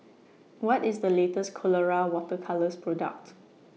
What IS The latest Colora Water Colours Product